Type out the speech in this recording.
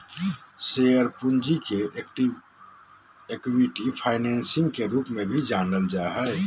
share पूंजी के equity financing के रूप में भी जानल जा हइ